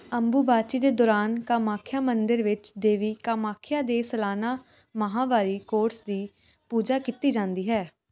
ਅੰਬੂਬਾਚੀ ਦੇ ਦੌਰਾਨ ਕਾਮਾਖਿਆ ਮੰਦਰ ਵਿੱਚ ਦੇਵੀ ਕਾਮਾਖਿਆ ਦੇ ਸਲਾਨਾ ਮਾਹਵਾਰੀ ਕੋਰਸ ਦੀ ਪੂਜਾ ਕੀਤੀ ਜਾਂਦੀ ਹੈ